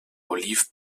oliv